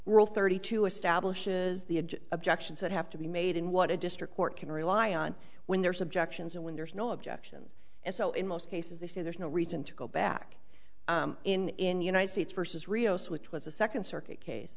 world thirty two establishes the objections that have to be made in what a district court can rely on when there is objections and when there is no objections and so in most cases they say there's no reason to go back in in the united states versus rios which was a second circuit case